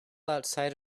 outside